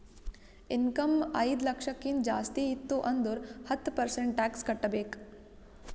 income ಐಯ್ದ ಲಕ್ಷಕ್ಕಿಂತ ಜಾಸ್ತಿ ಇತ್ತು ಅಂದುರ್ ಹತ್ತ ಪರ್ಸೆಂಟ್ ಟ್ಯಾಕ್ಸ್ ಕಟ್ಟಬೇಕ್